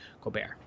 Gobert